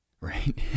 right